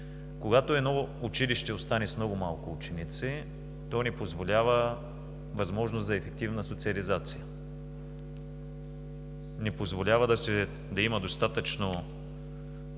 Когато едно училище остане с много малко ученици, то не позволява възможност за ефективна социализация, не позволява да има достатъчно